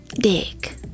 dick